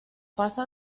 pasa